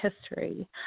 history